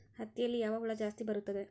ಹತ್ತಿಯಲ್ಲಿ ಯಾವ ಹುಳ ಜಾಸ್ತಿ ಬರುತ್ತದೆ?